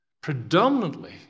predominantly